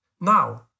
Now